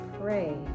pray